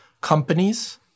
companies